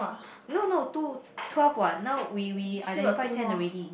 no no two twelve what now we we identify ten already